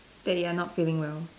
that you are not feeling well